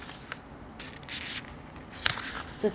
then 就 err followed by 那个